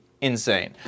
insane